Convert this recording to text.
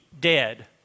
dead